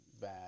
bad